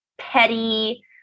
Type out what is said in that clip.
petty